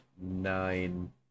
nine